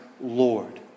Lord